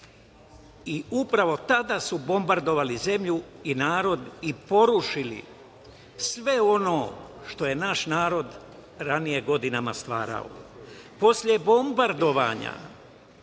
i upravo tada su bombardovali zemlju i narod, porušili sve ono što naš narod ranije godinama stvarao. Posle bombardovanja